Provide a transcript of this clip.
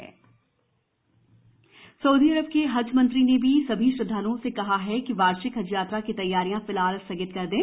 Saudi हज Saudi अरब के हज मंत्री ने सभी श्रदधालुओं से कहा है कि वार्षिक हज यात्रा की तक्वारियां फिलहाल स्थगित कर दें